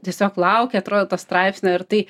tiesiog laukia atrodo to straipsnio ir tai